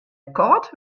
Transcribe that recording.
kâld